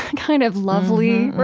kind of lovely,